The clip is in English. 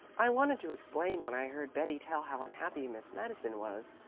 i wanted to explain when i heard betty tell how unhappy miss madison was,